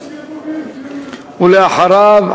ואחריו,